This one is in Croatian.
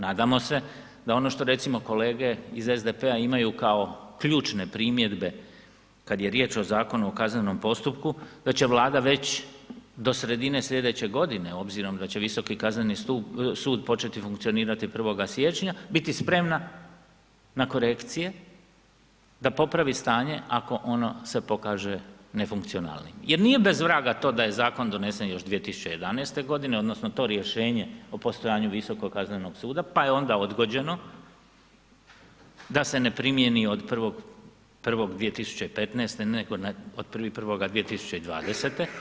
Nadamo se da ono što recimo kolege iz SDP-a imaju kao ključne primjedbe kada je riječ o Zakonu o kaznenom postupku da će Vlada već do sredine sljedeće godine obzirom da će Visoki kazneni sud početi funkcionirati 1. siječnja biti spremna na korekcije da popravi stanje ako ono se pokaže nefunkcionalnim jer nije bez vraga to da je zakon donesen još 2011.g. odnosno to rješenje o postojanju Visokog kaznenog suda, pa je onda odgođeno da se ne primijeni od 1.1.2015. nego od 1.1.2020.